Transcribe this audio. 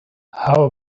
how